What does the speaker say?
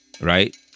right